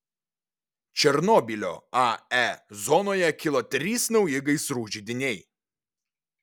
černobylio ae zonoje kilo trys nauji gaisrų židiniai